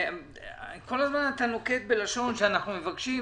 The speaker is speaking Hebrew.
כל הזמן אתה נוקט בלשון: אנחנו מבקשים,